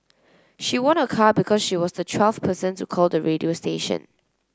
she won a car because she was the twelfth person to call the radio station